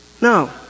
No